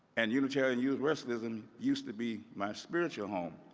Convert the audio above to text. and unitarian universalism used to be my spiritual home.